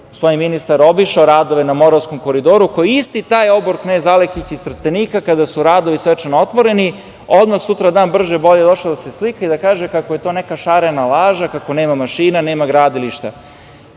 gospodin ministar obišao radove na Moravskom koridoru koji je isti taj obor knez Aleksić iz Trstenika, kada su radovi svečano otvoreni, odmah sutradan brže-bolje došao da se slika i da kaže kako je to neka šarena laža, kako nema mašina, nema gradilišta.